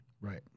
Right